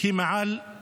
טובת הילד היא מעל לכול.